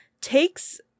takes